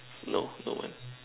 no no one